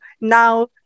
now